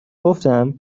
گفتم